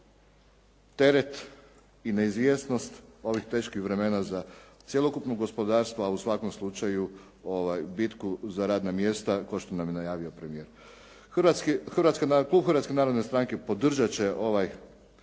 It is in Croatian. teret i neizvjesnost ovih teških vremena za cjelokupno gospodarstvo, a u svakom slučaju bitku za radna mjesta kao što nam je najavio premijer. Klub Hrvatske narodne stranke podržat će ovaj